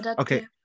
okay